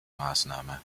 maßnahme